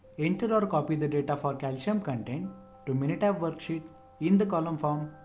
enter or copy the data for calcium content to minitab worksheet in the column form,